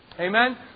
Amen